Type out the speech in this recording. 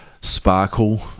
sparkle